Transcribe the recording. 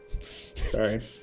Sorry